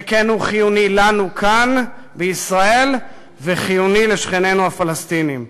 שכן הוא חיוני לנו כאן בישראל וחיוני לשכנינו הפלסטינים.